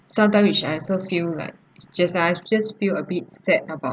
sometime which I also feel like just I just feel a bit sad about